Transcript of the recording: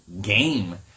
game